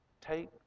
Take